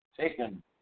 taken